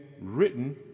written